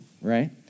right